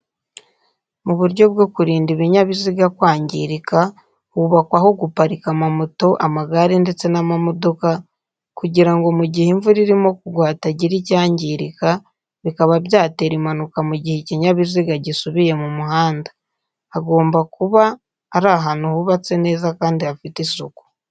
Mu buryo bwo kurinda ibinyabiziga kwangirika, hubakwa aho guparika amamoto, amagare ndetse n'amamodoka kugira ngo mu gihe imvura irimo kugwa hatagira icyangirika bikaba byatera impanuka mu gihe ikinyabiziga gisubiye mu muhanda. Hagomba kuba ari ahantu hubatse neza kandi hafite isuku.